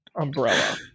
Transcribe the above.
umbrella